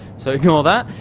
so ignore that.